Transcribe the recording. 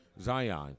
Zion